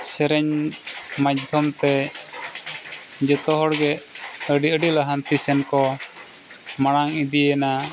ᱥᱮᱨᱮᱧ ᱢᱟᱫᱽᱫᱷᱚᱢᱛᱮ ᱡᱷᱚᱛᱚ ᱦᱚᱲᱜᱮ ᱟᱹᱰᱤ ᱟᱹᱰᱤ ᱞᱟᱦᱟᱱᱛᱤ ᱥᱮᱫ ᱠᱚ ᱢᱟᱲᱟᱝ ᱤᱫᱤᱭᱮᱱᱟ